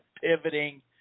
pivoting